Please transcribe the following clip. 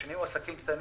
השני הוא עסקים קטנים,